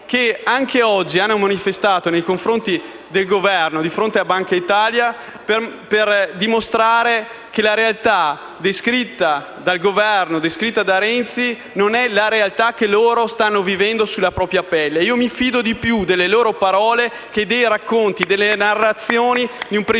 e anche oggi hanno manifestato nei confronti del Governo di fronte alla Banca d'Italia, per dimostrare che la realtà descritta dal Governo e descritta da Renzi non è la realtà che loro stanno vivendo sulla propria pelle. Io mi fido di più delle loro parole *(Applausi del senatore Candiani)* che dei